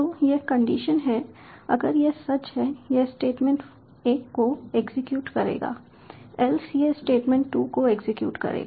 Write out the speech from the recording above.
तो यह कंडीशन है अगर यह सच है यह स्टेटमेंट 1 को एग्जीक्यूट करेगा एल्स यह स्टेटमेंट 2 को एग्जीक्यूट करेगा